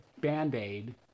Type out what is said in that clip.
Band-Aid